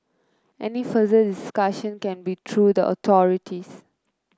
any further discussion can be through the authorities